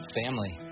family